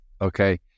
okay